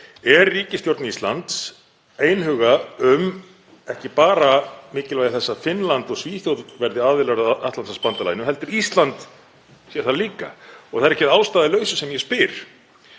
Er ríkisstjórn Íslands einhuga um ekki bara mikilvægi þess að Finnland og Svíþjóð verði aðilar að Atlantshafsbandalaginu heldur að Ísland sé það líka? Það er ekki að ástæðulausu sem ég spyr.